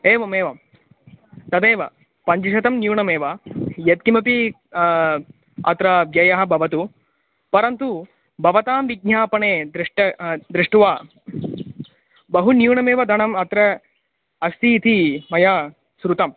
एवमेवं तदेव पञ्चशतं न्यूनमेव यत्किमपि अत्र व्ययः भवतु परन्तु भवतां विज्ञापने दृष्ट दृष्ट्वा बहु न्यूनमेव धनम् अत्र अस्ति इति मया श्रुतम्